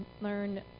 learn